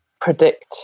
predict